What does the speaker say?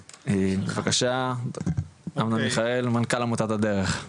בבקשה, אמנון מיכאל מנכ"ל עמותת הדרך.